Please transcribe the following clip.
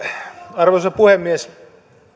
arvoisa puhemies